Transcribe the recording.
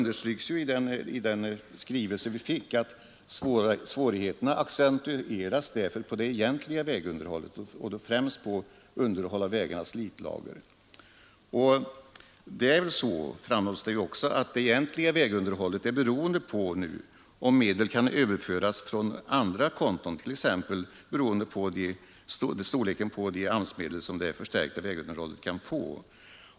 Därför, sades det i den skrivelse vi fick, hade svårigheterna accentuerats för det egentliga vägunderhållet, främst då beträffande vägarnas slitlager. Vidare förklarade man att omfattningen av det egentliga vägunderhållet är beroende på om medel kan överföras från andra konton, dvs. på storleken av de AMS-medel som det förstärkta vägunderhållet kan få.